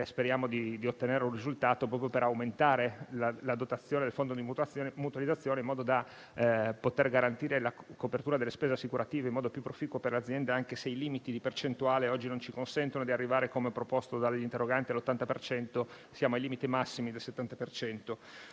Speriamo di ottenere un risultato proprio per aumentare la dotazione del fondo di mutualizzazione così da poter garantire la copertura delle spese assicurative in modo più proficuo per l'azienda, anche se i limiti di percentuale oggi non ci consentono di arrivare, come proposto dagli interroganti, all'80 per cento, essendo al limite massimo del 70